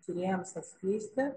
tyrėjams atskleisti